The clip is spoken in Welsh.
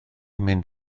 mynd